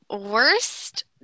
Worst